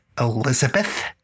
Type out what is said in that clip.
Elizabeth